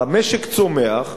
המשק צומח,